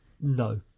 No